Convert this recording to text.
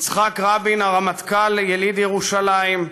יצחק רבין, הרמטכ"ל יליד ירושלים,